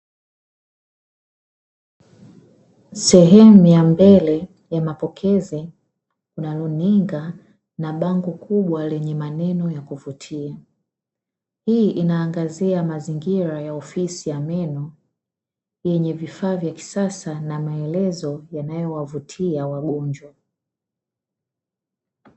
Sehemu ya mbele ya mapokezi ina runiga na bango kubwa lenye maneno ya kuvutia, hii inaangazia mazingira ya ofisi ya meno yenye vifaa vya kisasa na maelezo yanayowavutia wagonjwa.